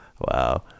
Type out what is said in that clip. Wow